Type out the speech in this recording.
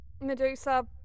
Medusa